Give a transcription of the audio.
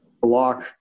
block